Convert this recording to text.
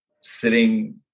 sitting